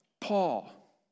Paul